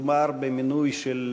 מדובר במינוי של